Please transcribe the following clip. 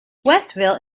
westville